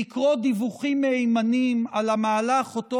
לקרוא דיווחים מהימנים על המהלך שאותו